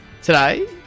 Today